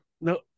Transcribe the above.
no